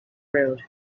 road